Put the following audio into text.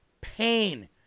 Pain